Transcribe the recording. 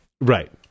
Right